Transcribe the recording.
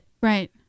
right